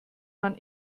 man